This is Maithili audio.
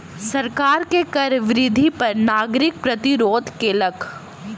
सरकार के कर वृद्धि पर नागरिक प्रतिरोध केलक